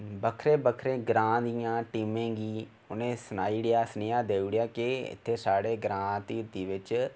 बक्खरे बक्खरे ग्रां दियें टींमे गी उनें सनाई ओड़ेआ सनेहा देई ओड़ेआ के इत्थै साढ़े ग्रां तिती बिच्च